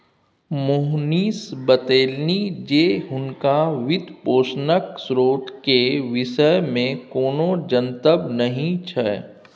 मोहनीश बतेलनि जे हुनका वित्तपोषणक स्रोत केर विषयमे कोनो जनतब नहि छै